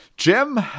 Jim